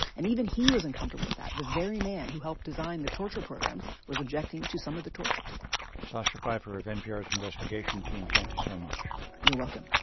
and even he was uncomfortable with that. the very man who helped design the torture program was objecting to some of the torture sacha pfeiffer of npr's investigation team. thank you so much you're welcome